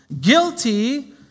guilty